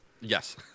Yes